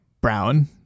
brown